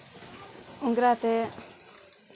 ओकरा तऽ